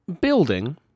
building